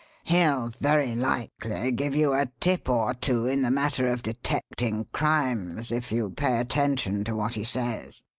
he'll very likely give you a tip or two in the matter of detecting crimes, if you pay attention to what he says.